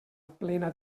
plena